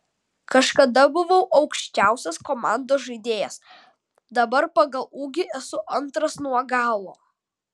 kažkada buvau aukščiausias komandos žaidėjas dabar pagal ūgį esu antras nuo galo